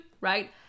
right